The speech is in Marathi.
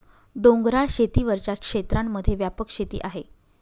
डोंगराळ शेती वरच्या क्षेत्रांमध्ये व्यापक शेती आहे